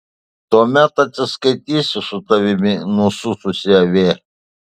tuomet atsiskaitysiu su tavimi nusususi avie